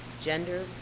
gender